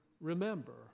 remember